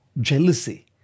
jealousy